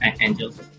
angels